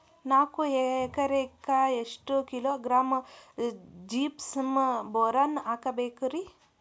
ನಾಲ್ಕು ಎಕರೆಕ್ಕ ಎಷ್ಟು ಕಿಲೋಗ್ರಾಂ ಜಿಪ್ಸಮ್ ಬೋರಾನ್ ಹಾಕಬೇಕು ರಿ?